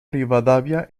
rivadavia